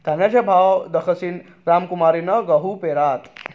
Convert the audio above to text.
धान्यना भाव दखीसन रामकुमारनी गहू पेरात